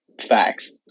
Facts